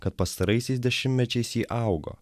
kad pastaraisiais dešimtmečiais ji augo